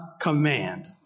command